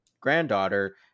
granddaughter